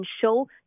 show